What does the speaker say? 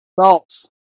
thoughts